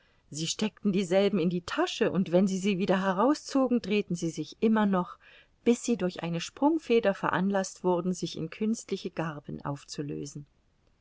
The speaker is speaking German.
sie steckten dieselben in die tasche und wenn sie sie wieder herauszogen drehten sie sich immer noch bis sie durch eine sprungfeder veranlaßt wurden sich in künstliche garben aufzulösen